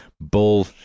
bull